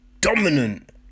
dominant